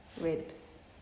ribs